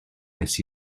wnes